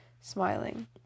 smiling